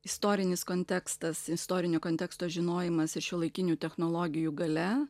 istorinis kontekstas istorinio konteksto žinojimas ir šiuolaikinių technologijų galia